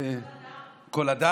לכל אדם.